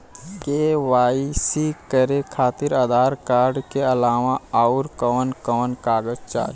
KYC करे खातिर Aadhaar card के अलावा आउरकवन कवन कागज चाहीं?